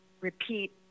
repeat